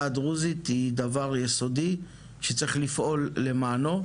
הדרוזית היא דבר יסודי שצריך לפעול למענו.